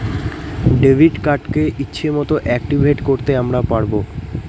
debit কার্ডকে ইচ্ছে মতন অ্যাকটিভেট করতে আমরা পারবো